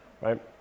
right